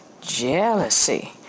Jealousy